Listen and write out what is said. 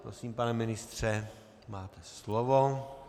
Prosím, pane ministře, máte slovo.